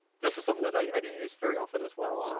this is something that i do use very often as well.